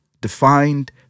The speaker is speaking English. defined